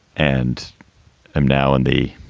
and i'm now andy,